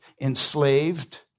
enslaved